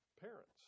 parents